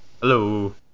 Hello